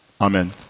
Amen